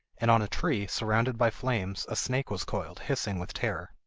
and on a tree, surrounded by flames, a snake was coiled, hissing with terror.